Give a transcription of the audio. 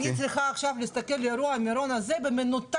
אני צריכה עכשיו להסתכל על אירוע מירון הזה במנותק